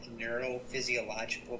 neurophysiological